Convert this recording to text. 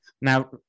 now